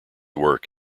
work